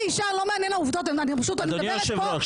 אדוני היושב-ראש,